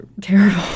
terrible